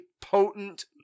potent